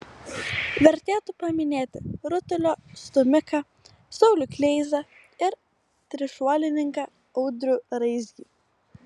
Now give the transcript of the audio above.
vertėtų paminėti rutulio stūmiką saulių kleizą ir trišuolininką audrių raizgį